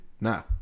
Nah